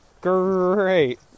great